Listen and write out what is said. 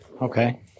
Okay